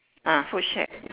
ah footstep